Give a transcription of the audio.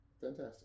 Fantastic